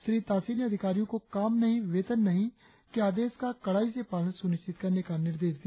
श्री ताशी ने अधिकारियों को काम नहीं वेतन नहीं के आदेश का कड़ाई से पालन सुनिश्चित करने का निर्देश दिया